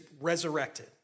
resurrected